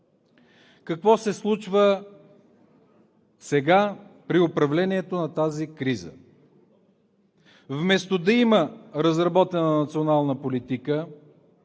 Какво се случва сега при управлението на тази криза? Вместо да има разработена национална политика